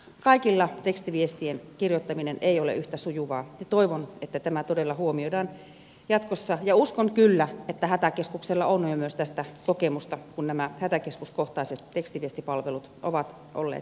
kaikilla tekstiviestien kirjoittaminen ei ole yhtä sujuvaa ja toivon että se todella huomioidaan jatkossa ja uskon kyllä että hätäkeskuksella on jo myös tästä kokemusta kun nämä hätäkeskuskohtaiset tekstiviestipalvelut ovat olleet käytössä